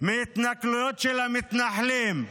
מהתנכלויות של המתנחלים,